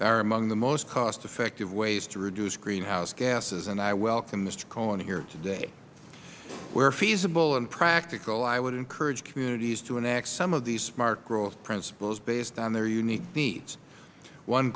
are among the most cost effective ways to reduce greenhouse gases i welcome mister cohen here today where feasible and practical i would encourage communities to enact some of these smart growth principles based on their unique needs one